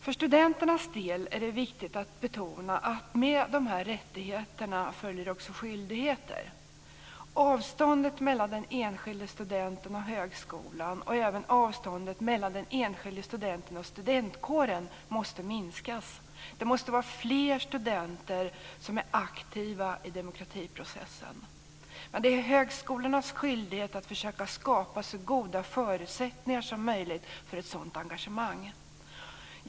För studenternas del är det viktigt att betona att med de här rättigheterna följer också skyldigheter. Avståndet mellan den enskilde studenten och högskolan, och avståndet mellan den enskilde studenten och studentkåren måste minskas. Det måste vara fler studenter som är aktiva i demokratiprocessen. Det är högskolornas skyldighet att försöka skapa så goda förutsättningar som möjligt för ett sådant engagemang.